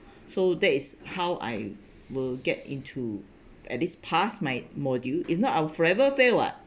so that is how I will get into at least pass my module if not I'll forever fail [what]